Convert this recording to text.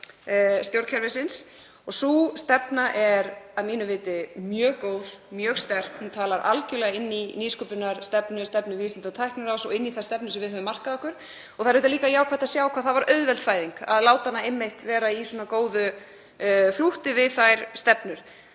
stjórnkerfisins. Sú stefna er að mínu viti mjög góð, mjög sterk. Hún talar algerlega inn í nýsköpunarstefnu, stefnu Vísinda- og tækniráðs og inn í þá stefnu sem við höfum markað okkur. Það er líka jákvætt að sjá hvað það var auðveld fæðing að láta hana einmitt vera í svona góðu flútti við þær stefnur.